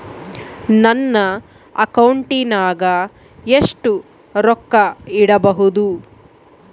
ನನ್ನ ಅಕೌಂಟಿನಾಗ ಎಷ್ಟು ರೊಕ್ಕ ಇಡಬಹುದು?